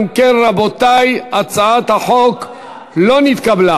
אם כן, רבותי, הצעת החוק לא נתקבלה.